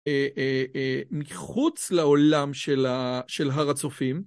מחוץ לעולם של הר הצופים.